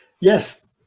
Yes